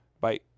Bye